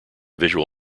visual